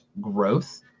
growth